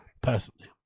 personally